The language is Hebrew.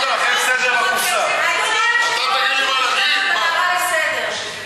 אדוני היושב-ראש, הערה לסדר.